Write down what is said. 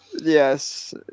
Yes